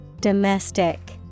Domestic